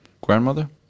grandmother